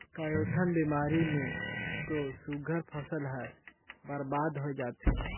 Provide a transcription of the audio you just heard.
कयोठन बेमारी मे तो सुग्घर फसल हर बरबाद होय जाथे